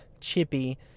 chippy